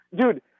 Dude